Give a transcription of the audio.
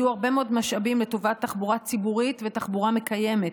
יהיו הרבה מאוד משאבים לטובת תחבורה ציבורית ותחבורה מקיימת.